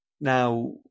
Now